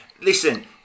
listen